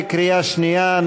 בקריאה שנייה.